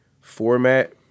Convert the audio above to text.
format